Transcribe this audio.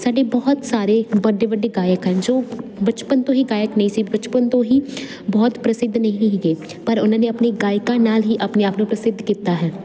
ਸਾਡੇ ਬਹੁਤ ਸਾਰੇ ਵੱਡੇ ਵੱਡੇ ਗਾਇਕ ਹਨ ਜੋ ਬਚਪਨ ਤੋਂ ਹੀ ਗਾਇਕ ਨਹੀਂ ਸੀ ਬਚਪਨ ਤੋਂ ਹੀ ਬਹੁਤ ਪ੍ਰਸਿੱਧ ਨਹੀਂ ਹੈਗੇ ਪਰ ਉਹਨਾਂ ਨੇ ਆਪਣੀ ਗਾਇਕਾ ਨਾਲ ਹੀ ਆਪਣੇ ਆਪ ਨੂੰ ਪ੍ਰਸਿੱਧ ਕੀਤਾ ਹੈ